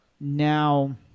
now